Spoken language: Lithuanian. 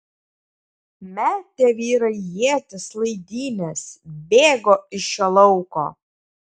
metė vyrai ietis laidynes bėgo iš šio lauko